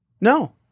No